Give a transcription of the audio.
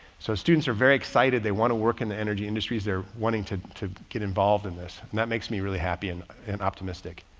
so students are very excited. they want to work in the energy industry is they're wanting to to get involved in this and that makes me really happy and and optimistic.